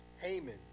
Haman